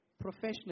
professional